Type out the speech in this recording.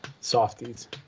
softies